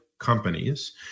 companies